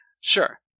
Sure